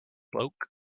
bloke